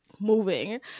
moving